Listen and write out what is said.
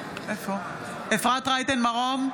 אינה נוכחת